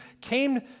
came